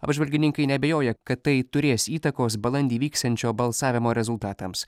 apžvalgininkai neabejoja kad tai turės įtakos balandį vyksiančio balsavimo rezultatams